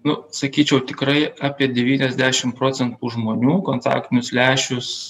nu sakyčiau tikrai apie devyniasdešim procentų žmonių kontaktinius lęšius